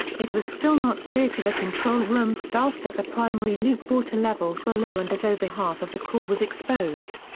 it was still not clear to the control room staff that the primary loop water levels were low and that over half of the core was exposed.